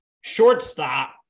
Shortstop